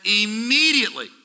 immediately